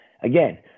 again